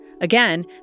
Again